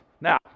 now